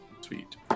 Sweet